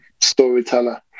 storyteller